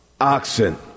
Oxen